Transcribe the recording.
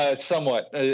Somewhat